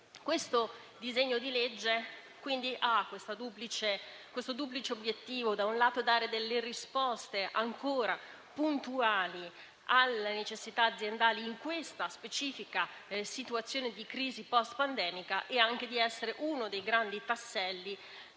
Questo disegno di legge, quindi, ha questo duplice obiettivo: da un lato, dare risposte ancora puntuali alle necessità aziendali in questa specifica situazione di crisi *post* pandemica e, dall'altro, essere uno dei grandi tasselli